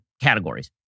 categories